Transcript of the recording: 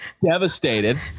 devastated